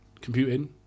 computing